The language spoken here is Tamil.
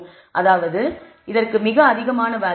அதாவது இதற்கு மிக அதிகமான வேல்யூ 0